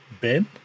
Ben